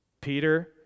Peter